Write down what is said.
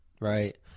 right